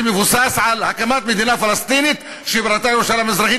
שמבוסס על הקמת מדינה פלסטינית שבירתה ירושלים המזרחית,